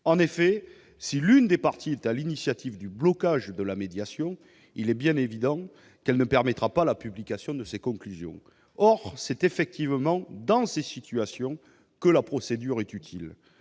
En effet, si l'une des parties est à l'initiative du blocage de la médiation, il est bien évident qu'elle ne permettra pas la publication des conclusions. Or c'est effectivement dans ces situations que la procédure est utile.